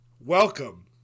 Welcome